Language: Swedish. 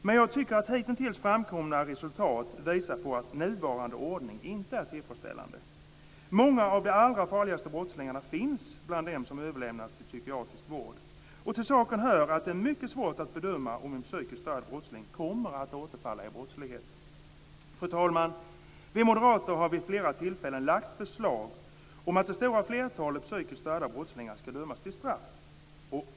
Men jag tycker att hitintills framkomna resultat visar att nuvarande ordning inte är tillfredsställande. Många av de allra farligaste brottslingarna finns bland dem som överlämnas till psykiatrisk vård. Till saken hör att det är mycket svårt att bedöma om en psykiskt störd brottsling kommer att återfalla i brottslighet. Fru talman! Vi moderater har vid flera tillfällen lagt fram förslag om att det stora flertalet psykiskt störda brottslingar ska dömas till straff.